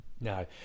No